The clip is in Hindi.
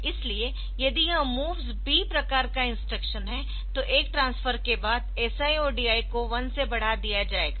इसलिए यदि यह MOVS B प्रकार का इंस्ट्रक्शन है तो एक ट्रांसफर के बाद SI और DI को 1 से बढ़ा दिया जाएगा